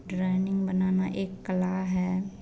drawing बनाना एक कला है